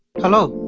hello.